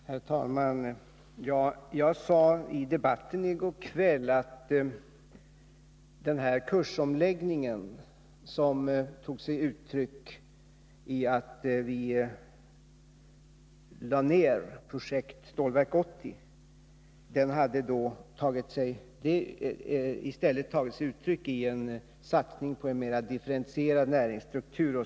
Herr talman! Jag sade i debatten i går kväll att den här kursomläggningen som tog sig uttryck i att vi lade ner projektet Stålverk 80 hade i stället tagit sig uttryck i en satsning på en mera differentierad näringsstruktur.